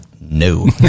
no